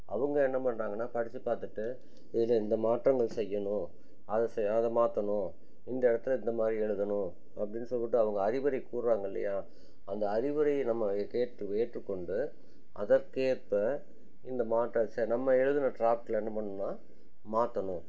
அவங்க என்ன பண்ணுறாங்கன்னா படிச்சு பார்த்துட்டு இதில் இந்த மாற்றங்கள் செய்யணும் அதை செய் அதை மாற்றணும் இந்த இடத்துல இந்த மாதிரி எழுதணும் அப்படின்னு சொல்லிகிட்டு அவங்க அறிவுரை கூர்றாங்கள் இல்லையா அந்த அறிவுரையை நம்ம கேட்டு ஏற்றுக்கொண்டு அதற்கேற்ப இந்த மாற்ற சே நம்ம எழுதுன ட்ராப்ட்யில் என்ன பண்ணுன்னா மாற்றணும்